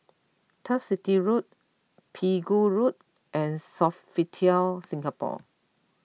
Turf City Road Pegu Road and Sofitel Singapore